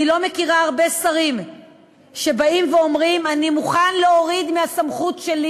אני לא מכירה הרבה שרים שבאים ואומרים: אני מוכן להוריד מהסמכות שלי